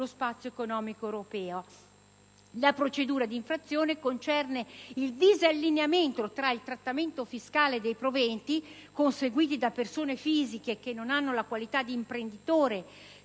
La procedura di infrazione concerne il disallineamento tra il trattamento fiscale dei proventi conseguiti da persone fisiche non aventi la qualità di imprenditore